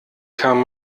kam